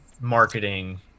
marketing